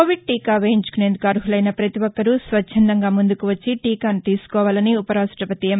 Covid టీకా వేయించుకునేందుకు అర్హులైన ప్రతి ఒక్కరూ స్వచ్చందంగా ముందుకు వచ్చి టీకాను తీసుకోవాలని ఉపరాష్టపతి ఎం